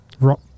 rock